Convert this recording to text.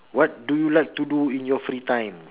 what do you like to do in your free time